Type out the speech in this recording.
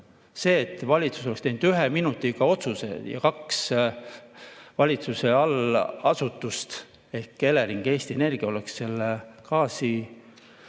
käes. Kui valitsus oleks teinud ühe minutiga otsuse ja kaks valitsuse allasutust ehk Elering ja Eesti Energia oleks gaasiga